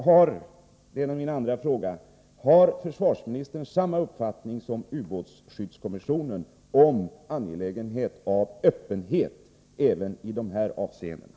Har försvarsministern samma uppfattning som ubåtsskyddskommissionen om att det är angeläget med öppenhet även i de här avseendena?